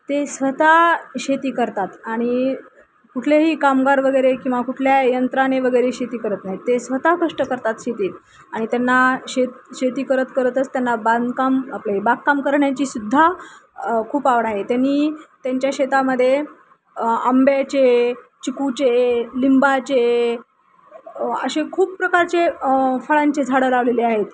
ते स्वतः शेती करतात आणि कुठलेही कामगार वगैरे किंवा कुठल्या यंत्राने वगैरे शेती करत नाहीत ते स्वतः कष्ट करतात शेतीत आणि त्यांना शेत शेती करत करतच त्यांना बांधकाम आपले बागकाम करण्याची सुद्धा खूप आवड आहे त्यांनी त्यांच्या शेतामध्ये आंब्याचे चिकूचे लिंबाचे असे खूप प्रकारचे फळांचे झाडं लावलेले आहेत